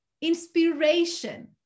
Inspiration